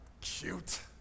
cute